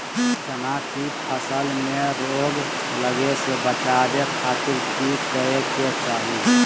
चना की फसल में रोग लगे से बचावे खातिर की करे के चाही?